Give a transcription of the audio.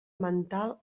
mental